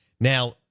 Now